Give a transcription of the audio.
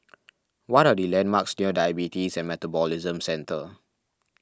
what are the landmarks near Diabetes and Metabolism Centre